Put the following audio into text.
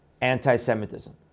Anti-Semitism